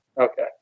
Okay